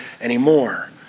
anymore